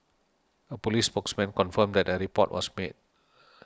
a police spokesman confirmed that a report was made